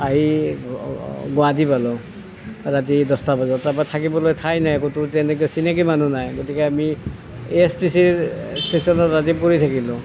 আহি গুৱাহাটী পালোঁ ৰাতি দহটা বজাত তাৰ পৰা থাকিবলৈ ঠাই নাই ক'তো তেনেকৈ চিনাকি মানুহ নাই গতিকে আমি এএছটিচিৰ ষ্টেচনত ৰাতি পৰি থাকিলোঁ